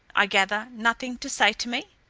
i gather, nothing to say to me?